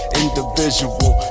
individual